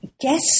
guess